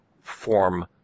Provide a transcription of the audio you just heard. form